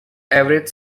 average